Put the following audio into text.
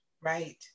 right